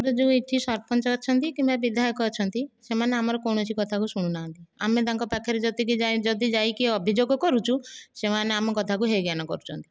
ଏ ଯେଉଁ ଏଠି ସରପଞ୍ଚ ଅଛନ୍ତି କିମ୍ବା ବିଧାୟକ ଅଛନ୍ତି ସେମାନେ ଆମର କୌଣସି କଥାକୁ ଶୁଣୁନାହାନ୍ତି ଆମେ ତାଙ୍କ ପାଖରେ ଯଦି ବି ଯାଇ ଯଦି ଯାଇକି ଅଭିଯୋଗ କରୁଛୁ ସେମାନେ ଆମ କଥାକୁ ହେୟଜ୍ଞାନ କରୁଛନ୍ତି